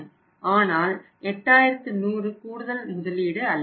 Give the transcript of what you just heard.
ஆனால் 8100 கூடுதல் முதலீடு அல்ல